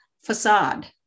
facade